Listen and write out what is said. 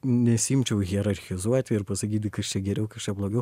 nesiimčiau hierarchizuoti ir pasakyti kas čia geriau kas čia blogiau